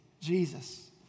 Jesus